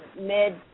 mid